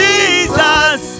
Jesus